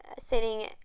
sitting